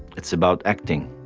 it's about acting.